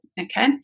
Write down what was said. Okay